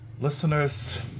Listeners